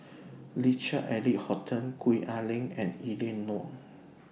Richard Eric Holttum Gwee Ah Leng and Eleanor Wong